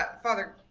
father,